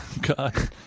God